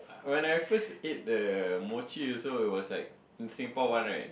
when I first ate the mochi also it was like Singapore one right